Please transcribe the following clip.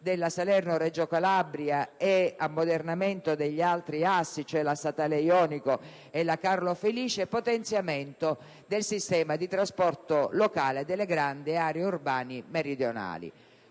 della Salerno-Reggio Calabria e ammodernamento degli altri assi, cioè la Statale Jonica e la Carlo Felice; potenziamento del sistema di trasporto locale delle grandi aree urbane meridionali.